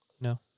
No